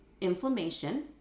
inflammation